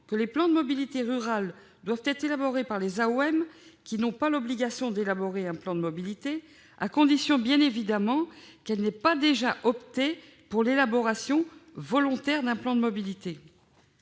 que les plans de mobilité rurale doivent être élaborés par les AOM qui n'ont pas l'obligation d'élaborer un plan de mobilité, à condition qu'elles n'aient pas déjà opté pour l'élaboration volontaire d'un plan de mobilité.